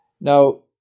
now